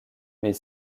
mais